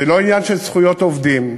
זה לא עניין של זכויות עובדים,